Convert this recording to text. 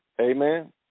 Amen